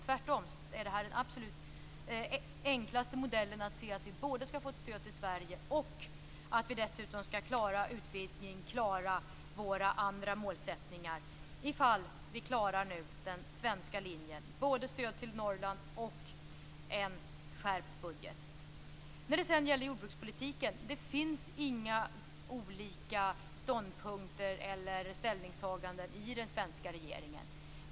Tvärtom är det här den absolut enklaste modellen för att vi både skall få ett stöd till Sverige och dessutom skall kunna klara utvidgningen och andra mål, ifall vi nu klarar den svenska linjen: både stöd till Norrland och en skärpt budget. I jordbrukspolitiken finns inga olika ståndpunkter eller ställningstaganden i den svenska regeringen.